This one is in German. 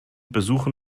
besuchen